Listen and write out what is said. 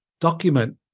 document